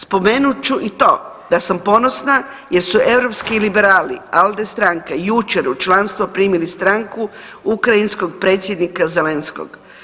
Spomenut ću i to da sam ponosna jer su europski liberali ALDE stranka jučer u članstvo primili stranku ukrajinskog predsjednika Zelenskog.